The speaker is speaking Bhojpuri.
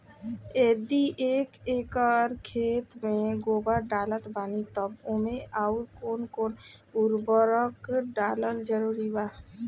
यदि एक एकर खेत मे गोबर डालत बानी तब ओमे आउर् कौन कौन उर्वरक डालल जरूरी बा?